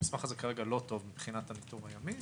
המסמך הזה כרגע לא טוב מבחינת הניטור הימי,